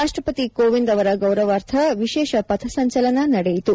ರಾಷ್ಟ್ರಪತಿ ಕೋವಿಂದ್ ಅವರ ಗೌರವಾರ್ಥ ವಿಶೇಷ ಪಥಸಂಚಲನ ನಡೆಯಿತು